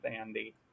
Andy